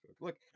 Look